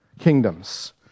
kingdoms